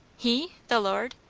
he the lord?